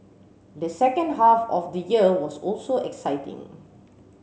the second half of the year was also exciting